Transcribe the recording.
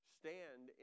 stand